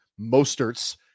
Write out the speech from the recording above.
Mostert's